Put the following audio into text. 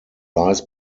lies